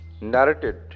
narrated